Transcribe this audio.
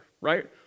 right